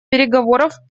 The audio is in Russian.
переговоров